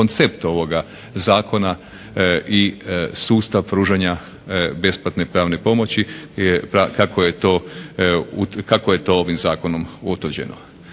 koncept ovoga zakona i sustava pružanja besplatne pravne pomoći kako je to ovim zakonom utvrđeno.